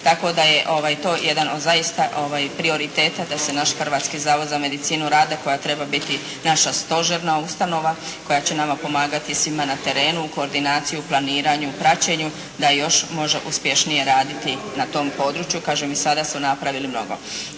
tako da je to zaista jedan od prioriteta da se naš Hrvatski zavod za medicinu rada koji treba biti naša stožerna ustanova koja će nama pomagati svima na terenu u koordinaciji, planiranju, praćenju, da još može uspješnije raditi na tom području. Kažem, i sada su napravili mnogo.